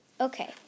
Okay